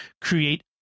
create